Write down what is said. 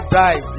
die